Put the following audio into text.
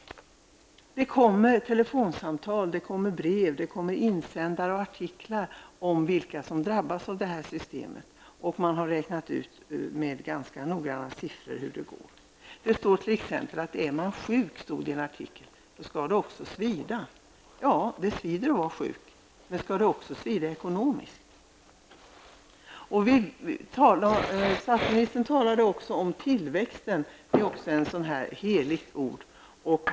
Det kommer telefonsamtal, brev, insändare och artiklar om vilka som drabbas av det här systemet, och man har ganska noga räknat ut hur det kommer att gå. I en artikel stod det att om man är sjuk så skall det svida. Ja, det svider att vara sjuk. Men skall det också svida ekonomiskt? Statsministern talade om tillväxten. Det är också ett heligt ord.